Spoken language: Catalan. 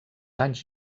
anys